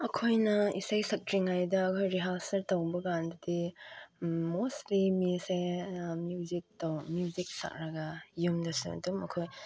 ꯑꯩꯈꯣꯏꯅ ꯏꯁꯩ ꯁꯛꯇ꯭ꯔꯤꯉꯩꯗ ꯑꯩꯈꯣꯏ ꯔꯤꯍꯥꯔꯁꯦꯜ ꯇꯧꯕꯀꯥꯟꯗꯗꯤ ꯃꯣꯁꯂꯤ ꯃꯤꯁꯦ ꯃ꯭ꯌꯨꯖꯤꯛꯇꯣ ꯃ꯭ꯌꯨꯖꯤꯛ ꯇꯥꯔꯒ ꯌꯨꯝꯗꯁꯨ ꯑꯗꯨꯝ ꯑꯩꯈꯣꯏ